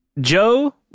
Joe